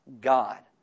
God